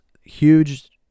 huge